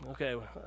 Okay